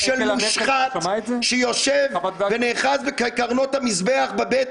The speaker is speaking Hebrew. של מושחת שיושב ונאחז בקרנות המזבח בבית